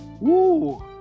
woo